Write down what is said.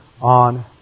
on